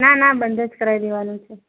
ના ના બંધ જ કરાવી દેવાનું છે